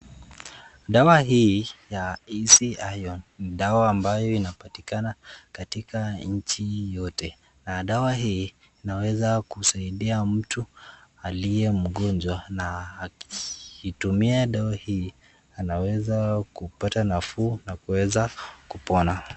Dawa hii ya EC Iron ni dawa ambayo inapatikana katika nchi yote na dawa hii inaweza kusaidia mtu aliye mgonjwa na akitumia dawa hii anaweza kupata nafuu na kupona.